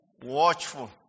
Watchful